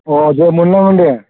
अ दे मोनलांगोन दे